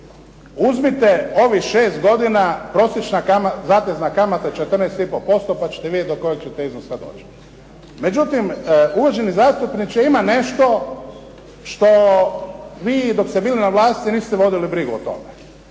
Uzmite ovih 6 godina, prosječna zatezna kamata 14,5% pa ćete vidjeti do kojeg ćete iznosa doći. Međutim, uvaženi zastupniče ima nešto što vi dok ste bili na vlasti niste vodili brigu o tome.